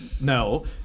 No